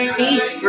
peace